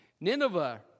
Nineveh